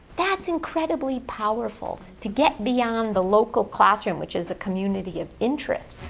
that's incredibly powerful, to get beyond the local classroom, which is a community of interest,